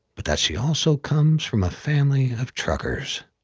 but that she also comes from a family of truckers.